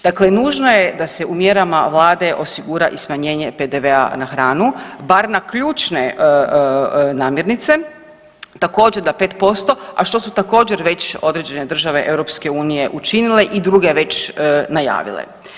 Dakle, nužno je da se u mjerama vlade osigura i smanjenje PDV-a na hranu, bar na ključne namirnice, također na 5%, a što su također već određene države EU učinile i druge već najavile.